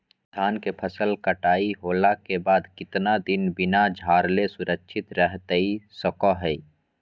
धान के फसल कटाई होला के बाद कितना दिन बिना झाड़ले सुरक्षित रहतई सको हय?